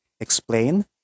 explain